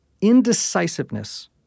indecisiveness